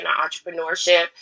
entrepreneurship